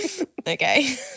Okay